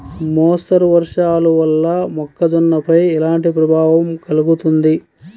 మోస్తరు వర్షాలు వల్ల మొక్కజొన్నపై ఎలాంటి ప్రభావం కలుగుతుంది?